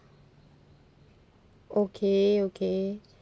okay okay